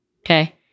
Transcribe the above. Okay